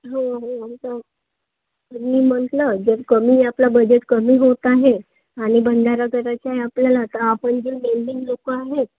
हो हो म्हणून तर मी म्हटलं जर कमी आपलं बजेट कमी होत आहे आणि भंडारा करायचा आहे आपल्याला तर आपन जे मेन मेन लोक आहेत